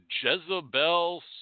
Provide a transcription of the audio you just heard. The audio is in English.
Jezebel